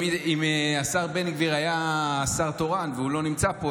אם השר בן גביר היה שר תורן והוא לא נמצא פה,